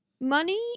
Money